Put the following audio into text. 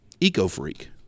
eco-freak